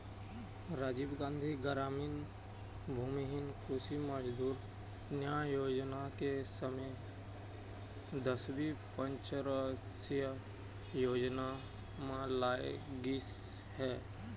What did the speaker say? राजीव गांधी गरामीन भूमिहीन कृषि मजदूर न्याय योजना के समे दसवीं पंचवरसीय योजना म लाए गिस हे